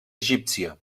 egípcia